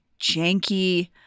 janky